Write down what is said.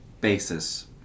basis